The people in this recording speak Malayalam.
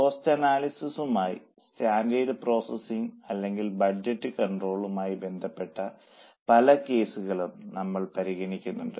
കോസ്റ്റ് അനാലിസിസുമായും സ്റ്റാൻഡേർഡ് പോസ്റ്റിംഗ് അല്ലെങ്കിൽ ബഡ്ജറ്റ് കൺട്രോളും ആയി ബന്ധപ്പെട്ട പല കേസുകളും നമ്മൾ പരിഗണിക്കുന്നുണ്ട്